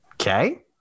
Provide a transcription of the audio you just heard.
Okay